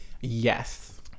Yes